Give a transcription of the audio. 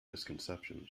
misconception